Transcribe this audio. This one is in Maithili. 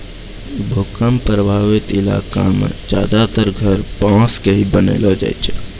भूकंप प्रभावित इलाका मॅ ज्यादातर घर बांस के ही बनैलो जाय छै